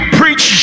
preach